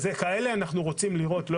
כאלה אנחנו רוצים לראות מאות ברחבי הארץ,